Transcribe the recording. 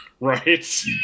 Right